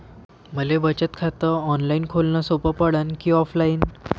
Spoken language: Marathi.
मले बचत खात ऑनलाईन खोलन सोपं पडन की ऑफलाईन?